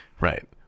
Right